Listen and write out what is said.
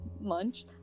lunch